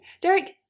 Derek